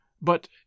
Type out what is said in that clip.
But